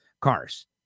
cars